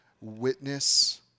witness